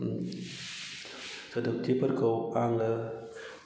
सोदोबथिफोरखौ आङो